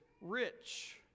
rich